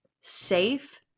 safe